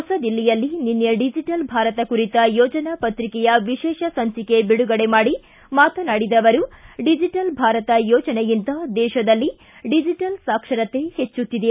ಹೊಸದಿಲ್ಲಿಯಲ್ಲಿ ನಿನ್ನೆ ಡಿಜಿಟಲ್ ಭಾರತ ಕುರಿತ ಯೋಜನಾ ಪ್ರತಿಕೆಯ ವಿಶೇಷ ಸಂಚಿಕೆ ಬಿಡುಗಡೆ ಮಾಡಿ ಮಾತನಾಡಿದ ಅವರು ಡಿಜಿಟಲ್ ಭಾರತ ಯೋಜನೆಯಿಂದ ದೇಶದಲ್ಲಿ ಡಿಜಿಟಲ್ ಸಾರಕ್ಷತೆ ಹೆಚ್ಚುತ್ತಿದೆ